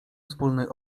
wspólnej